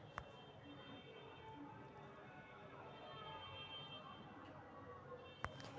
हम खेत में बेशी मत्रा में निवेश करनाइ पसिन करइछी